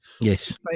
Yes